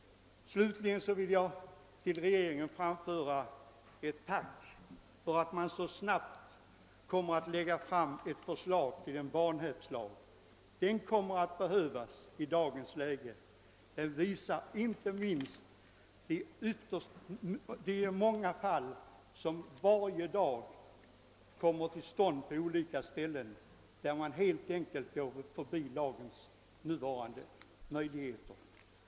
Slutligen vill jag till regeringen framföra ett tack för att man nu kommer att lägga fram ett förslag till en vanhävdslag för fastigheter. Den behövs i dagens läge — det visar inte minst många fall nästan dagligen där vederbörande helt enkelt går förbi den nuvarande lagen.